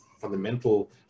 fundamental